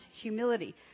Humility